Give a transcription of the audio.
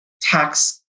tax